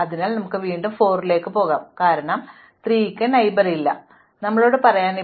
അതിനാൽ നമുക്ക് വീണ്ടും 4 ലേക്ക് പോകാം കാരണം 3 ന് ഒന്നുമില്ല ഞങ്ങളോട് പറയാൻ പുതിയത്